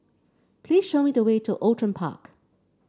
please show me the way to Outram Park